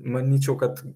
manyčiau kad